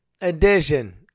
edition